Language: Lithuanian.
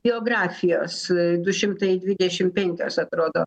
biografijos du šimtai dvidešim penkios atrodo